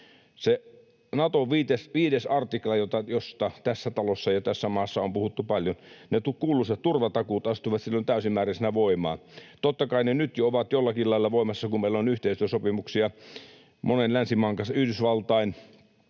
Sen Naton 5 artiklan, josta tässä talossa ja tässä maassa on puhuttu paljon, kuuluisat turvatakuut astuvat silloin täysimääräisinä voimaan. Totta kai ne jo nyt ovat jollakin lailla voimassa, kun meillä on yhteistyösopimuksia monen länsimaan, Yhdysvaltain,